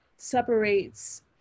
separates